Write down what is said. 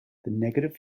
negative